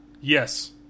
Yes